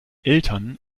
eltern